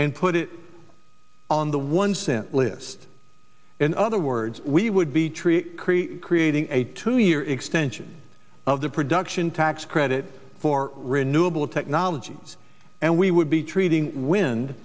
and put it on the one cent list in other words we would be tree creating a two year extension of the production tax credit for renewable technologies and we would be treating wind